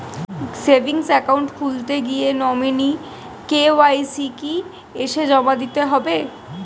Savings account খুলতে গিয়ে nominee KYC কি এসে জমা দিতে হবে?